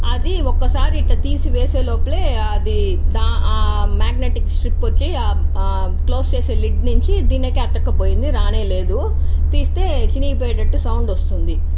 అది ఒక్కసారి ఇట్టా తీసి వేసేలోపలే అది మ్యాగ్నటిక్ స్ట్రిప్ వచ్చి క్లోజ్ చేసే లిడ్ నుంచి దీనికి అతుక్కుపోయింది రానేలేదు తీస్తే చిరిగిపోయేటట్టు సౌండ్ వస్తుంది